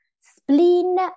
spleen